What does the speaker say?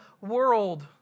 world